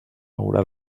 haurà